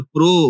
Pro